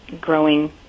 growing